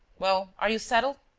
well, are you settled?